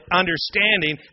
understanding